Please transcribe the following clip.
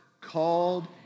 Called